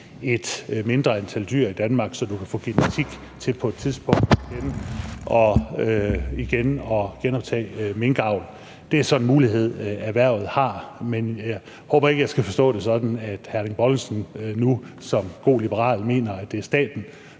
et mindre antal dyr i Danmark, så der på et tidspunkt er genetisk materiale til at genoptage minkavl. Det er så en mulighed, som erhvervet har. Men jeg håber ikke, jeg skal forstå det sådan, at hr. Erling Bonnesen nu som god liberal mener, at det er staten,